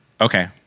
Okay